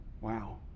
Wow